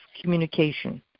communication